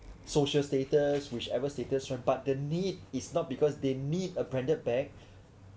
social status whichever status but the need is not because they need a branded bag